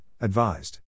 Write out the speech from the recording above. advised